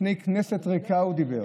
לפני כנסת ריקה הוא דיבר.